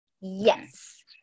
yes